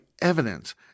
evidence